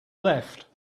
left